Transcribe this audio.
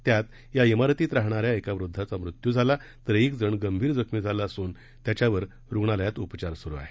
त्यात या इमारतीत राहणाऱ्या एका वृद्धाचा मृत्यू झाला तर एक जण गंभीर जखमी झाला असून त्यांच्यावर रुग्णालयात उपचार सुरु आहे